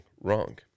wrong